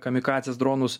kamikadzes dronus